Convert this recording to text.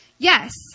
Yes